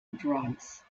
drugs